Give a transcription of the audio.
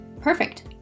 perfect